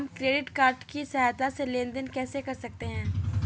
हम credit card की सहायता से लेन देन कैसे कर सकते हैं?